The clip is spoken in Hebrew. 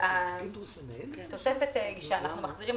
הסכום שאנחנו מחזירים,